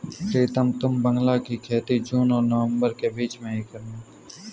प्रीतम तुम बांग्ला की खेती जून और नवंबर के बीच में ही करना